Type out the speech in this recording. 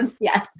Yes